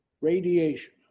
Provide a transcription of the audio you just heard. radiation